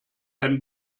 dein